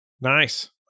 Nice